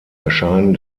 erscheinen